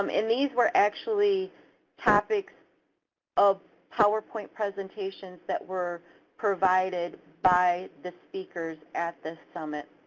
um and these were actually topics of power point presentations that were provided by the speakers at this summit.